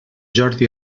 jordi